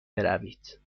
بروید